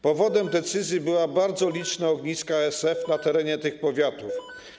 Powodem decyzji były bardzo liczne ogniska ASF na terenie tych powiatów.